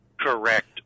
Correct